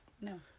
no